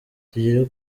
tugere